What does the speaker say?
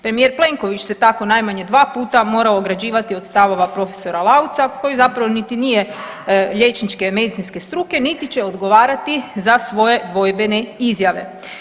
Premijer Plenković se tako najmanje 2 puta morao ograđivati od stavova prof. Lauca koji zapravo niti nije liječničke, medicinske struke, niti će odgovarati za svoje dvojbene izjave.